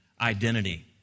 identity